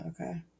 Okay